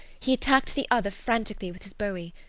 he attacked the other frantically with his bowie.